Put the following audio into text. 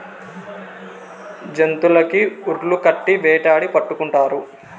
జంతులకి ఉర్లు కట్టి వేటాడి పట్టుకుంటారు